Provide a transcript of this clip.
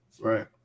Right